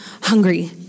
hungry